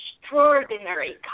extraordinary